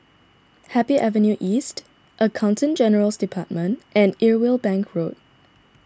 Happy Avenue East Accountant General's Department and Irwell Bank Road